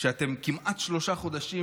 שאתם כמעט שלושה חודשים